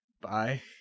bye